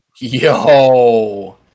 Yo